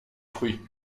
fruits